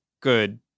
good